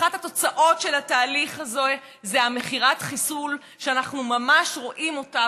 אחת התוצאות של התהליך הזה היא מכירת החיסול שאנחנו ממש רואים אותה,